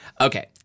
Okay